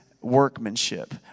workmanship